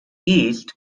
east